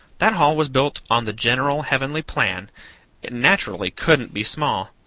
that hall was built on the general heavenly plan it naturally couldn't be small.